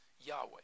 Yahweh